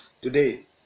Today